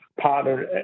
partner